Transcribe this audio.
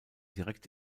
direkt